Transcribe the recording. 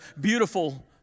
beautiful